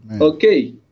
Okay